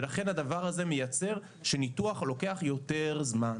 והדבר הזה מייצר שניתוח לוקח יותר זמן.